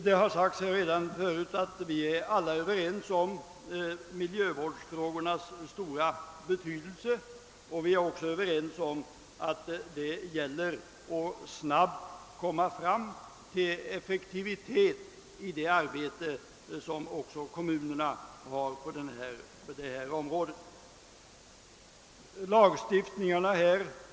Det har redan förut sagts att vi alla är överens om miljövårdsfrågornas stora betydelse och om det angelägna i att snabbt uppnå effektivitet i det arbete som även kommunerna är engagerade i på detta område.